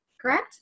correct